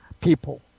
people